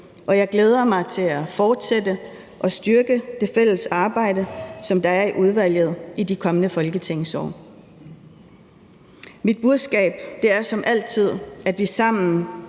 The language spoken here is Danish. og jeg glæder mig til at fortsætte og styrke det fælles arbejde, som der er i udvalget, i de kommende folketingsår. Mit budskab er som altid, at vi sammen